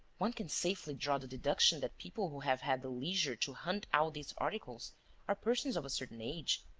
one can safely draw the deduction that people who have had the leisure to hunt out these articles are persons of a certain age.